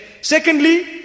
Secondly